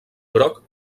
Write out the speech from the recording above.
groc